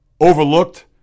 overlooked